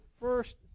first